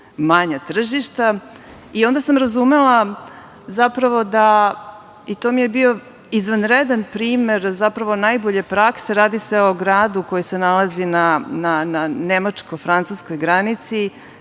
manja tržišta. Onda sam razumela i to mi je bio izvanredan primer, zapravo najbolje prakse, radi se o gradu koji se nalazi na nemačko-francuskoj granici,